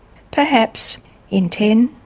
perhaps in ten,